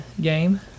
game